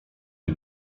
nie